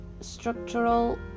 structural